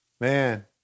Man